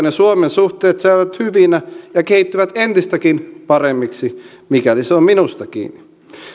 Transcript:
ja suomen suhteet säilyvät hyvinä ja kehittyvät entistäkin paremmiksi mikäli se on minusta kiinni